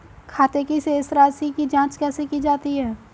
खाते की शेष राशी की जांच कैसे की जाती है?